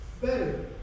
better